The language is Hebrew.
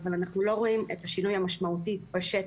אבל אנחנו לא רואים את השינוי המשמעותי בשטח.